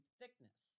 thickness